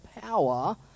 power